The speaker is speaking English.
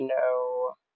no